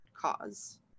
cause